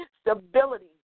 stability